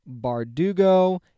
Bardugo